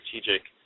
strategic